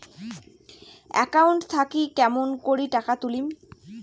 Account থাকি কেমন করি টাকা তুলিম?